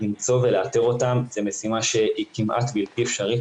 לאתר אותן זו משימה שהיא כמעט בלתי אפשרית.